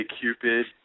Cupid